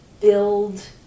build